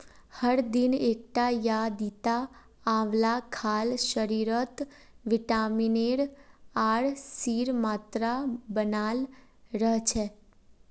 हर दिन एकटा या दिता आंवला खाल शरीरत विटामिन एर आर सीर मात्रा बनाल रह छेक